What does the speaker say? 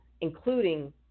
including